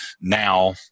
now